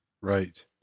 Right